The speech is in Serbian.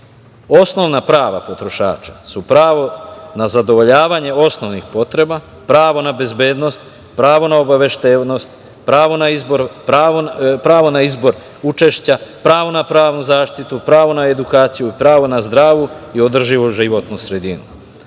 prava potrošača su: pravo na zadovoljavanje osnovnih potreba, pravo na bezbednost, pravo na obaveštenost, pravo na izbor učešća, pravo na pravnu zaštitu, pravo na edukaciju, pravo na zdravu i održivu životnu sredinu.